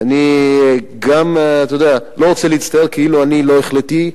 אני גם לא רוצה להצטייר כאילו אני לא החלטי,